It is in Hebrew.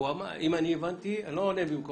הוא אמר אם אני הבנתי, אני לא עונה במקומך